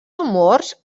amors